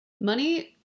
Money